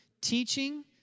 teaching